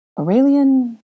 Aurelian